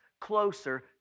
closer